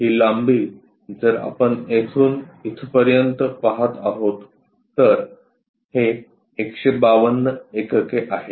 ही लांबी जर आपण येथून इथपर्यंत पहात आहोत तर हे 152 एकके आहे